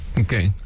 okay